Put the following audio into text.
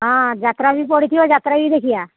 ହଁ ଯାତ୍ରା ବି ପଡ଼ିଥିବ ଯାତ୍ରା ବି ଦେଖିବା